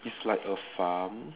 it's like a farm